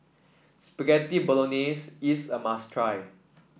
Spaghetti Bolognese is a must try